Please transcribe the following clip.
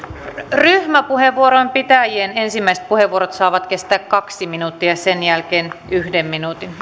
ryhmäpuheenvuoron pitäjien ensimmäiset puheenvuorot saavat kestää kaksi minuuttia ja sen jälkeen yhden minuutin